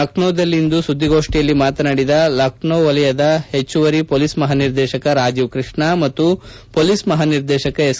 ಲಖನೌದಲ್ಲಿಂದು ಸುದ್ದಿಗೋಷ್ಠಿಯಲ್ಲಿ ಮಾತನಾಡಿದ ಲಖನೌ ವಲಯದ ಹೆಚ್ಚುವರಿ ಪೊಲೀಸ್ ಮಹಾನಿರ್ದೇಶಕ ರಾಜೀವ್ ಕೃಷ್ಣ ಮತ್ತು ಪೊಲೀಸ್ ಮಹಾನಿರ್ದೇಶಕ ಎಸ್